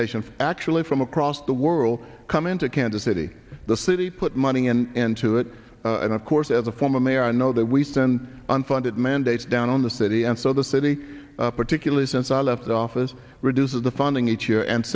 nation actually from across the world come into kansas city the city put money and to it and of course as a former mayor i know that we send unfunded mandates down on the city and so the city particularly since i left office reduces the funding each year and